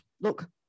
Look